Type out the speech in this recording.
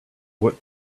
what